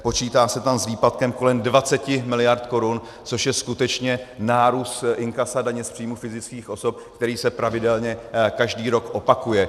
Počítá se tam s výpadkem kolem 20 mld. Kč, což je skutečně nárůst inkasa daně z příjmů fyzických osob, který se pravidelně každý rok opakuje.